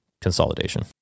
consolidation